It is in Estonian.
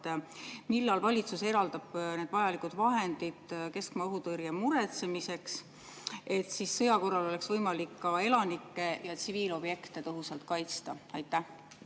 millal valitsus eraldab vajalikud vahendid keskmaa õhutõrje muretsemiseks, et sõja korral oleks võimalik elanikke ja tsiviilobjekte tõhusalt kaitsta. Aitäh,